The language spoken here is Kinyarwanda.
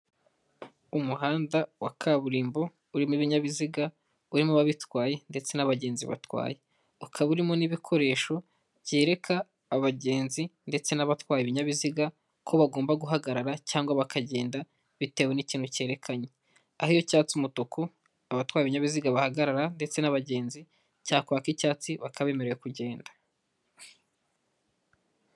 Umuhanda wa kaburimbo urimo ibinyabiziga, urimo ababitwaye ndetse n'abagenzi batwaye, ukaba urimo n'ibikoresho byereka abagenzi ndetse n'abatwaye ibinyabiziga ko bagomba guhagarara cyangwa bakagenda bitewe n'ikintu cyerekanye, aho iyo cyatse umutuku abatwaye ibinyabiziga bahagarara, ndetse n'abagenzi cyakwaka icyatsi bakaba bemerewe kugenda.